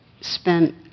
spent